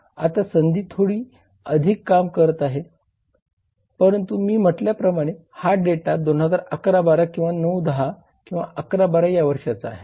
आता संधी थोडी अधिक काम करत आहे परंतु मी म्हटल्याप्रमाणे हा डेटा 2011 12 किंवा 2009 10 11 12 या वर्षांचा आहे